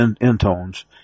intones